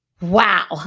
wow